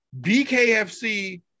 BKFC